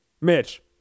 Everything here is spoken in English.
Mitch